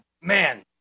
Man